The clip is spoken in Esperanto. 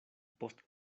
post